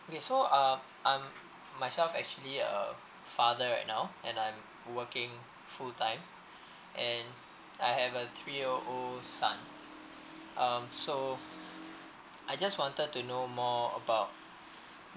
okay so uh I'm myself actually a father right now and I'm working full time and I have a three years old son um so I just wanted to know more about the